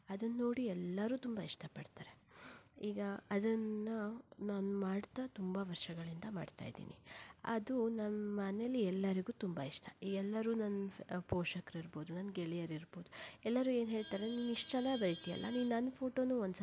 ಅದನ್ನೋಡಿ ಎಲ್ಲರೂ ತುಂಬ ಇಷ್ಟಪಡ್ತಾರೆ ಈಗ ಅದನ್ನು ನಾನು ಮಾಡ್ತಾ ತುಂಬ ವರ್ಷಗಳಿಂದ ಮಾಡ್ತಾಯಿದ್ದೀನಿ ಅದು ನಮ್ಮ ಮನೆಯಲ್ಲಿ ಎಲ್ಲರಿಗೂ ತುಂಬ ಇಷ್ಟ ಎಲ್ಲರೂ ನನ್ನ ಪೋಷಕರಿರ್ಬೋದು ನನ್ನ ಗೆಳೆಯರಿರ್ಬೋದು ಎಲ್ಲರೂ ಏನು ಹೇಳ್ತಾರೆ ನೀನು ಇಷ್ಟು ಚೆನ್ನಾಗಿ ಬರೀತಿಯಲ್ಲ ನೀನು ನನ್ನ ಫೋಟೋನೂ ಒಂದು ಸಲ